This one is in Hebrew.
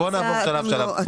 בואו נעבור שלב שלב.